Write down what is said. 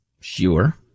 Sure